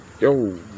yo